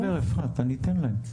אפרת, אני אתן להם לדבר, אני אתן להם.